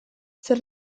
zer